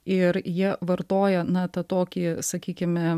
ir jie vartoja na tą tokį sakykime